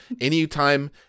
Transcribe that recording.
Anytime